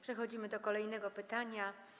Przechodzimy do kolejnego pytania.